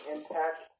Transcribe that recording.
Impact